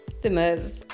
simmers